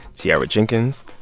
tiara jenkins.